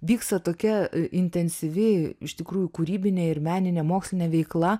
vyksta tokia intensyvi iš tikrųjų kūrybinė ir meninė mokslinė veikla